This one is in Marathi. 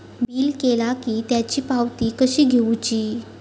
बिल केला की त्याची पावती कशी घेऊची?